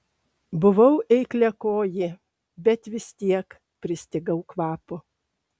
buvau eikliakojė bet vis tiek pristigau kvapo